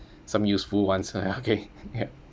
some useful ones ah okay ya